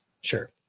Sure